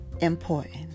important